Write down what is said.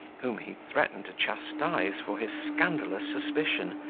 whom he threatened to chastise for his scandalous suspicion,